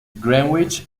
greenwich